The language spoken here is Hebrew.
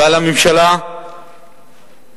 ועל הממשלה לעבוד.